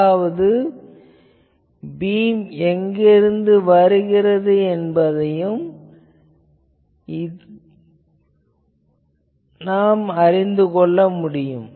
அதாவது பீம் எங்கிருக்கிறது என்பதை அறியலாம்